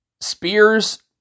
Spears